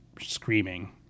screaming